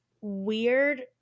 weird